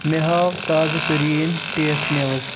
مےٚ ہاو تازٕ تٔریٖن ٹیک نیوٕز